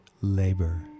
labor